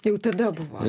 jau tada buvo